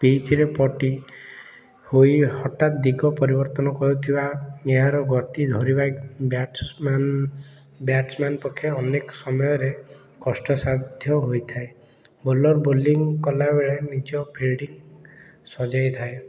ପିଚ୍ରେ ପଟି ହୋଇ ହଠାତ୍ ଦିଗ ପରିବର୍ତ୍ତନ କରୁଥିବା ଏହାର ଗତି ଧରିବା ବ୍ୟାଟ୍ସମ୍ୟାନ୍ ବ୍ୟାଟ୍ସମ୍ୟାନ୍ ପକ୍ଷେ ଅନେକ ସମୟରେ କଷ୍ଟସାଧ୍ୟ ହୋଇଥାଏ ବୋଲର୍ ବୋଲିଂ କଲାବେଳେ ନିଜ ଫିଲ୍ଡିଙ୍ଗ୍ ସଜେଇ ଥାଏ